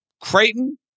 Creighton